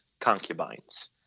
concubines